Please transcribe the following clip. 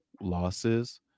losses